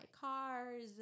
cars